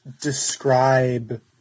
describe